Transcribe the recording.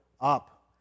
up